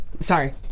Sorry